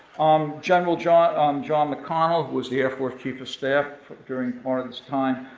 um general john um john mcconnell, who was the air force chief of staff during part of this time,